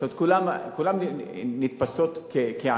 זאת אומרת כולן נתפסות כעניות,